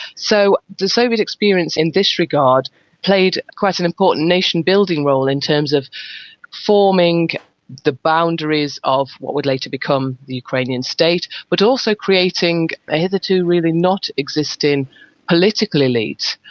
so the soviet experience in this regard played quite an important nation-building role in terms of performing the boundaries of what would later become the ukrainian state, but also creating a hitherto really not existing political elite,